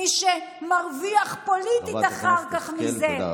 מי שמרוויח פוליטית אחר כך מזה,